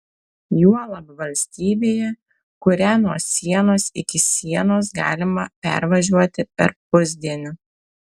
juolab valstybėje kurią nuo sienos iki sienos galima pervažiuoti per pusdienį